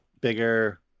bigger